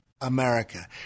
America